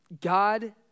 God